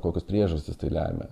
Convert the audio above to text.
kokios priežastys tai lemia